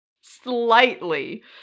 slightly